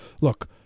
look